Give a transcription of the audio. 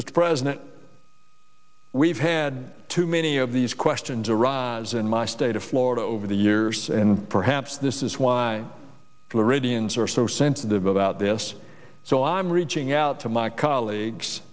mr president we've had too many of these questions arise in my state of florida over the years and perhaps this is why floridians are so sensitive about this so i'm reaching out to my colleagues